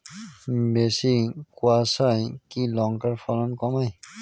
বেশি কোয়াশায় কি লঙ্কার ফলন কমায়?